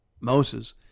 Moses